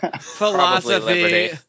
philosophy